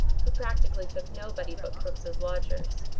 who practically took nobody but crooks as lodgers.